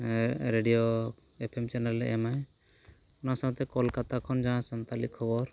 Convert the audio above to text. radio F M ᱪᱮᱱᱮᱞᱮ ᱮᱢᱟᱭ ᱚᱱᱟ ᱥᱟᱶᱛᱮ ᱠᱚᱞᱠᱟᱛᱟ ᱠᱷᱚᱱ ᱡᱟᱦᱟᱸ ᱥᱟᱱᱛᱟᱞᱤ ᱠᱷᱚᱵᱚᱨ